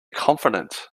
confident